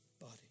body